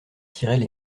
tiraient